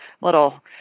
little